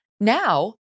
Now